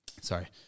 Sorry